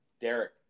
Derek